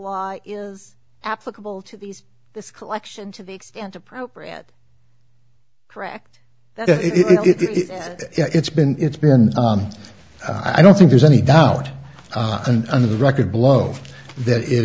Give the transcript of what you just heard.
law is applicable to these this collection to the extent appropriate correct if it's been it's been i don't think there's any doubt on the record blow that it